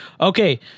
okay